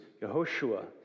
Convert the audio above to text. Yehoshua